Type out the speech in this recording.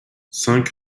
cinq